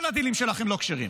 כל הדילים שלכם לא כשרים,